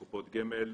קופות גמל,